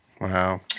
Wow